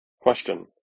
Question